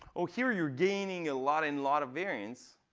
oh, here, you're gaining a lot and lot of variance.